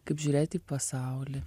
kaip žiūrėti į pasaulį